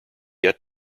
yet